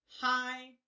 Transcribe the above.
hi